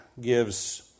gives